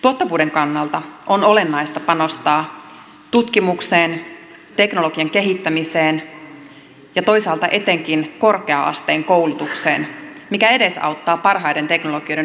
tuottavuuden kannalta on olennaista panostaa tutkimukseen teknologian kehittämiseen ja toisaalta etenkin korkea asteen koulutukseen mikä edesauttaa parhaiden teknologioiden omaksumista ja kehittämistä